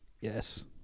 Yes